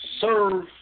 serve